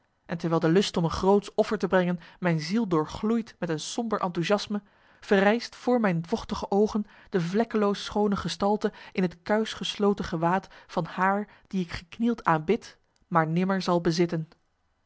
en terwijl de lust om een grootsch offer te brengen mijn ziel doorgloeit met een somber enthusiasme verrijst voor mijn vochtige oogen de vlekkeloos schoone gestalte in het kuisch gesloten gewaad van haar die ik geknield aanbid maar nimmer zal bezitten